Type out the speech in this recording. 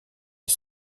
est